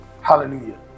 hallelujah